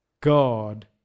God